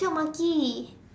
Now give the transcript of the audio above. shiok maki